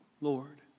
Lord